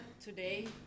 today